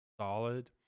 solid